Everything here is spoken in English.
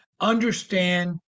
understand